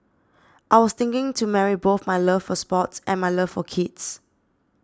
I was thinking to marry both my love for sports and my love for kids